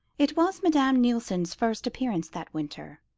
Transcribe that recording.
it was madame nilsson's first appearance that winter,